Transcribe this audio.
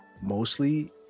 mostly